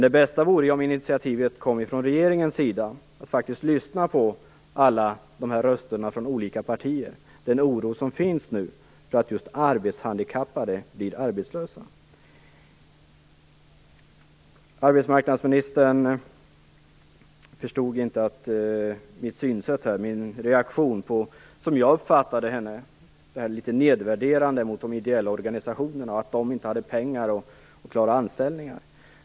Det bästa vore om initiativet kom från regeringen, om man faktiskt lyssnade på alla röster från olika partier vad gäller den oro som nu finns för att just arbetshandikappade blir arbetslösa. Arbetsmarknadsministern förstod inte mitt synsätt, min reaktion på det som jag uppfattade som ett litet nedvärderande uttalande om de ideella organisationerna vad gäller att dessa inte har pengar att klara anställningar.